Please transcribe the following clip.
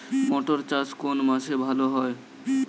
মটর চাষ কোন মাসে ভালো হয়?